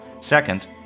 Second